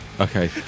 Okay